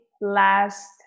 last